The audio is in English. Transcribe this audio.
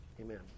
Amen